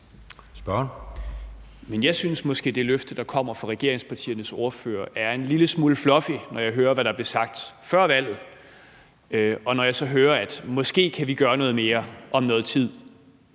Kofod (DF): Men jeg synes måske, det løfte, der kommer fra regeringspartiernes ordførere, er en lille smule fluffy, når jeg har hørt, hvad der blev sagt før valget, og når jeg så hører, at vi måske kan gøre noget mere om noget tid.